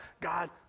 God